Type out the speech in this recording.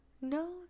No